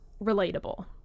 relatable